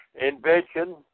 Invention